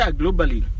globally